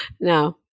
No